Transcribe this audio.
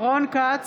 רון כץ,